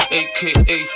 aka